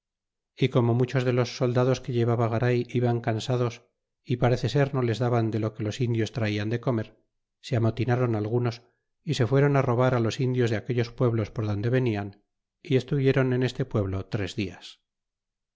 é como muchos de los soldados que llevaba garay iban cansados y parece ser no les daban de lo que los indios traian de comer se amotinron algunos é se fuéron á robar los indios de aquellos pueblos por donde venian estuviéron en este pueblo tres dias